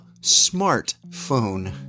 smartphone